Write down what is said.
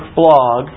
blog